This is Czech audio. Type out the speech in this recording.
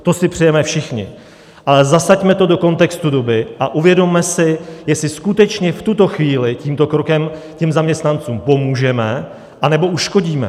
To si přejeme všichni, ale zasaďme to do kontextu doby a uvědomme si, jestli skutečně v tuto chvíli tímto krokem těm zaměstnancům pomůžeme, anebo uškodíme.